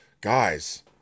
guys